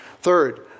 Third